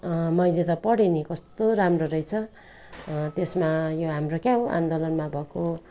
मैले त पढेँ नि कस्तो राम्रो रहेछ त्यसमा यो हाम्रो क्या हो आन्दोलनमा भएको